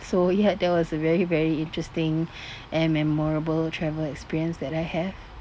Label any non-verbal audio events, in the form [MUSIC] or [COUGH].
so ya that was a very very interesting [BREATH] and memorable travel experience that I have